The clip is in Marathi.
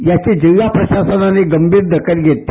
याची जिलहा प्रशासनाने गंभीर दखल घेतली